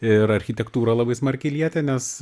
ir architektūrą labai smarkiai lietė nes